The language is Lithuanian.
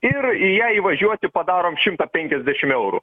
ir į ją įvažiuoti padarom šimtą penkiasdešim eurų